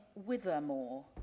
Withermore